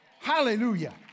Hallelujah